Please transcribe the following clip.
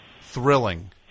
thrilling